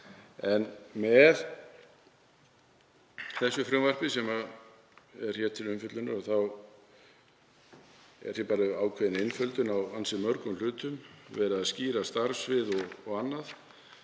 En með því frumvarpi sem er hér til umfjöllunar er ákveðin einföldun á ansi mörgum hlutum, verið er að skýra starfssvið og annað